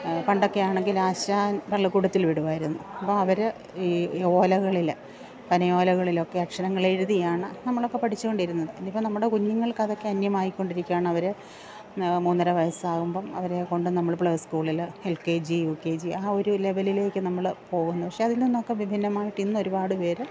പണ്ടൊക്കെയാണെങ്കിൽ ആശാൻ പള്ളിക്കൂടത്തിൽ വിടുമായിരുന്നു അപ്പോള് അവര് ഈ ഓലകളില് പനയോലകളില് ഒക്കെ അക്ഷരങ്ങൾ എഴുതിയാണ് നമ്മളൊക്കെ പഠിച്ചുകൊണ്ടിരുന്നത് ഇന്നിപ്പോള് നമ്മുടെ കുഞ്ഞുങ്ങൾക്ക് അതൊക്കെ അന്യമായിക്കൊണ്ടിരിക്കുകയാണ് അവര് മൂന്നര വയസാകുമ്പോള് അവരെക്കൊണ്ട് നമ്മള് പ്ലേ സ്കൂളില് L K G U K G ആ ഒരു ലെവലിലേക്ക് നമ്മള് പോകുന്നു പക്ഷെ അതിൽ നിന്നൊക്കെ വിഭിന്നമായിട്ട് ഇന്നൊരുപാട് പേര്